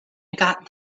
got